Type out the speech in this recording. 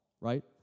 right